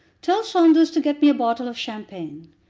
tell saunders to get me a bottle of champagne.